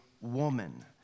woman